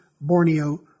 Borneo